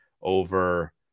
over